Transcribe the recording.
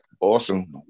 awesome